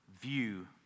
view